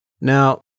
Now